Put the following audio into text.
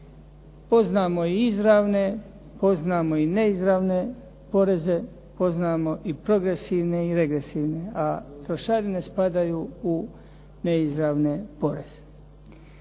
Poznamo i izravne, poznamo i neizravne poreze, poznamo i progresivne i regresivne, a trošarine spadaju i neizravne poreze.